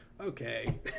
okay